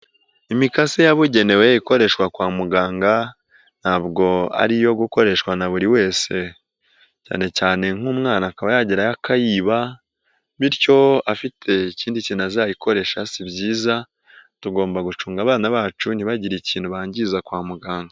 Imikasi yabugenewe ikoreshwa kwa muganga ntabwo ari iyo gukoreshwa na buri wese cyane cyane nk'umwana akaba yagerayo akayiba bityo afite ikindi kintu azayikoresha si byiza tugomba gucunga abana bacu ntibagire ikintu bangiza kwa muganga.